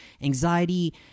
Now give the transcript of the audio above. anxiety